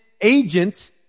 agent